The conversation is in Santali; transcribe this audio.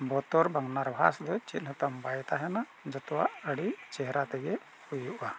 ᱵᱚᱛᱚᱨ ᱵᱟᱝ ᱱᱟᱨᱵᱷᱟᱥ ᱜᱮ ᱪᱮᱫ ᱦᱚᱸᱛᱚᱢ ᱵᱟᱭ ᱛᱟᱦᱮᱱᱟ ᱡᱚᱛᱚᱣᱟᱜ ᱟᱹᱰᱤ ᱪᱮᱦᱨᱟ ᱛᱮᱜᱮ ᱦᱩᱭᱩᱜᱼᱟ